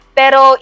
pero